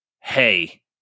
hey